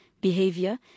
behavior